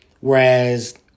Whereas